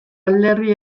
alderdi